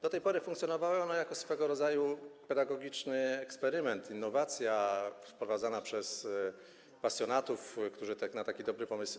Do tej pory funkcjonowały one jako swego rodzaju pedagogiczny eksperyment, innowacja wprowadzana przez pasjonatów, którzy wpadli na taki dobry pomysł.